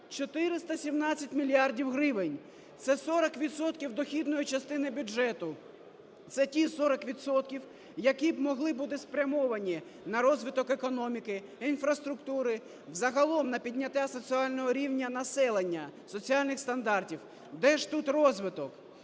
417 мільярдів гривень, це 40 відсотків дохідної частини бюджету. Це ті 40 відсотків, які б могли бути спрямовані на розвиток економіки, інфраструктури, загалом на підняття соціального рівня населення, соціальних стандартів. Де ж тут розвиток?